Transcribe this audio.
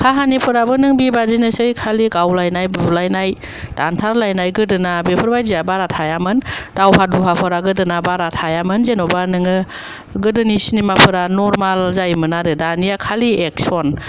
काहानिफोराबो नों बेबायदिनोसै खालि गावलायनाय बुलायनाय दानथार लायनाय गोदोना बेफोर बादिया बारा थायामोन दावहा दुहाफोरा गोदोना बारा थायामोन जेन'बा नोङो गोदोनि सिनिमा फोरा नरमाल जायोमोन आरो दानिया खालि एकशन